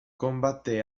combatté